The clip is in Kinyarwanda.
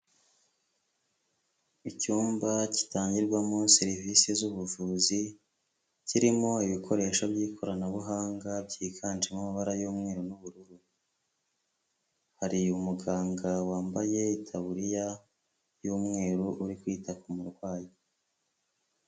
Icyumba gitangirwamo serivisi z'ubuvuzi kirimo ibikoresho by'ikoranabuhanga byiganjemo amabara y'umweru n'ubururu, hari umuganga wambaye itaburiya y'umweru uri kwita murwayi.